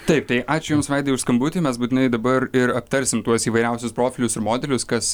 taip tai ačiū jums vaidai už skambutį mes būtinai dabar ir aptarsim tuos įvairiausius profilius ir modelius kas